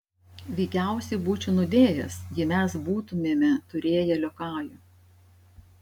veikiausiai būčiau nudėjęs jei mes būtumėme turėję liokajų